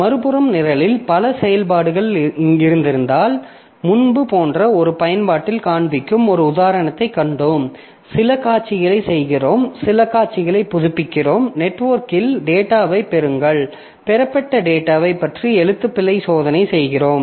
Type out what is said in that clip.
மறுபுறம் நிரலில் பல செயல்பாடுகள் இருந்திருந்தால் முன்பு போன்ற ஒரு பயன்பாட்டில் காண்பிக்கும் ஒரு உதாரணத்தைக் கண்டோம் சில காட்சிகளைச் செய்கிறோம் சில காட்சிகளைப் புதுப்பிக்கிறோம் நெட்வொர்க்கில் டேட்டாவைப் பெறுங்கள் பெறப்பட்ட டேட்டாவைப் பற்றி எழுத்துப்பிழை சோதனை செய்கிறோம்